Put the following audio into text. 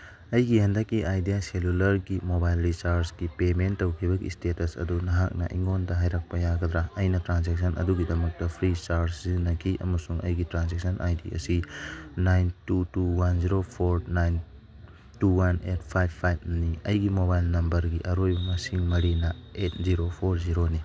ꯑꯩꯒꯤ ꯍꯟꯗꯛꯀꯤ ꯑꯥꯏꯗꯤꯌꯥ ꯁꯦꯂꯨꯂꯔꯒꯤ ꯃꯣꯕꯥꯏꯜ ꯔꯤꯆꯥꯔꯖꯀꯤ ꯄꯦꯃꯦꯟ ꯇꯧꯈꯤꯕꯒꯤ ꯏꯁꯇꯦꯇꯁ ꯑꯗꯨꯒꯤ ꯅꯍꯥꯛꯅ ꯑꯩꯉꯣꯟꯗ ꯍꯥꯏꯔꯛꯄ ꯌꯥꯒꯗ꯭ꯔ ꯑꯩꯅ ꯇ꯭ꯔꯥꯟꯖꯦꯛꯁꯟ ꯑꯗꯨꯒꯤꯗꯃꯛꯇ ꯐ꯭ꯔꯤꯆꯥꯔꯖ ꯁꯤꯖꯤꯟꯅꯈꯤ ꯑꯃꯁꯨꯡ ꯑꯩꯒꯤ ꯇ꯭ꯔꯥꯟꯖꯦꯛꯁꯟ ꯑꯥꯏ ꯗꯤ ꯑꯁꯤ nine two two one zero four nine two one eight five ꯐꯥꯏꯚꯅꯤ ꯑꯩꯒꯤ ꯃꯣꯕꯥꯏꯜ ꯅꯝꯕꯔꯒꯤ ꯑꯔꯣꯏꯕ ꯃꯁꯤꯡ ꯃꯔꯤꯅ ꯑꯦꯠ ꯖꯤꯔꯣ ꯐꯣꯔ ꯖꯤꯔꯣꯅꯤ